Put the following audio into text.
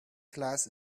class